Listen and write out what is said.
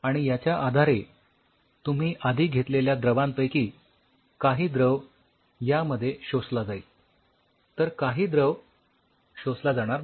आणि याच्या आधारे तुम्ही आधी घेतलेल्या द्रवांपैकी काही द्रव यामध्ये शोषला जाईल आणि काही द्रव शोषला जाणार नाही